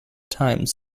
times